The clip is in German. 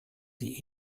sie